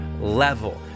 level